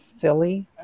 Philly